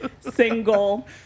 single